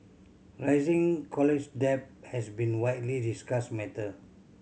rising college debt has been widely discussed matter